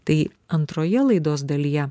tai antroje laidos dalyje